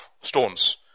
stones